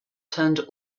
turned